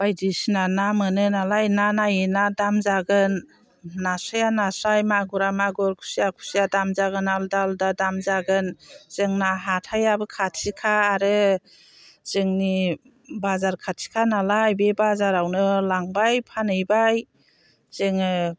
बायदिसिना ना मोनोनालाय ना नायै ना दाम जागोन नास्राया नास्राय मागुरा मागुर खुसिया खुसिया आलदा आलदा दाम जागोन जोंना हाथायाबो खाथिखा आरो जोंनि बाजार खाथिखानालाय बे बाजारावनो लांबाय फानहैबाय जोङो